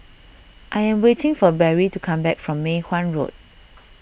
I am waiting for Barry to come back from Mei Hwan Road